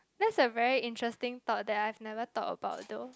that's a very interesting thought that I've never thought about though